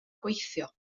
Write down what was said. gweithio